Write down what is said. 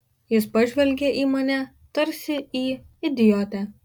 jis pažvelgė į mane tarsi į idiotę